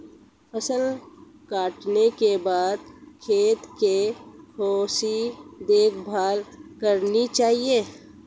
फसल काटने के बाद खेत की कैसे देखभाल करनी चाहिए?